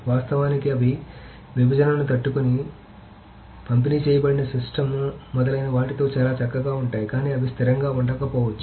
వాస్తవానికి అవి విభజనను తట్టుకునేవి పంపిణీ చేయబడిన సిస్టమ్ మొదలైన వాటితో చాలా చక్కగా ఉంటాయి కానీ అవి స్థిరంగా ఉండకపోవచ్చు